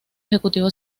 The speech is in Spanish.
ejecutivo